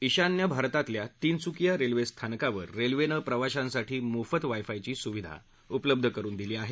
ईशान्य भारतातल्या तिनसुकीय रेल्वे स्थानकावर रेल्वेनं प्रवाशांसाठी मोफत वायफायची सुविधा उपलब्ध करून दिली आहे